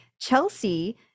chelsea